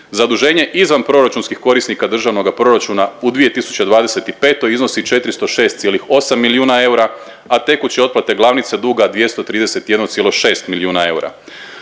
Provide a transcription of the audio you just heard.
Zaduženje izvanproračunskih korisnika državnoga proračuna u 2025. iznosi 406,8 milijuna eura, a tekuće otplate glavnice duga 231,6 milijuna eura.